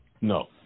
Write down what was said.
No